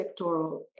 sectoral